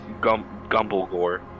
Gumblegore